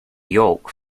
yolk